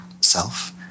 self